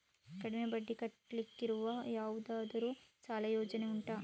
ಕಡಿಮೆ ಬಡ್ಡಿ ಕಟ್ಟಲಿಕ್ಕಿರುವ ಯಾವುದಾದರೂ ಸಾಲ ಯೋಜನೆ ಉಂಟಾ